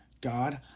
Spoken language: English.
God